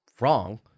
wrong